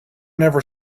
never